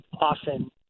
often